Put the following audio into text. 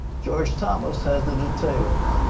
george thomas has the details.